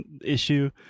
issue